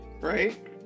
right